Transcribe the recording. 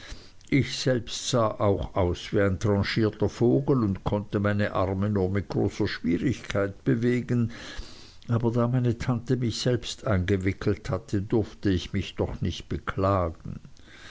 ich selbst sah auch aus wie ein tranchierter vogel und konnte meine arme nur mit großer schwierigkeit bewegen aber da meine tante mich selbst eingewickelt hatte durfte ich mich doch nicht beklagen